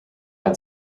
had